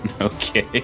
Okay